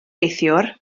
neithiwr